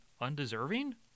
undeserving